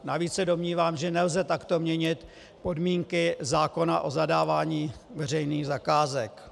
Navíc se domnívám, že nelze takto měnit podmínky zákona o zadávání veřejných zakázek.